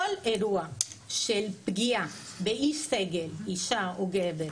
כל אירוע של פגיעה באיש סגל, אישה, או גבר,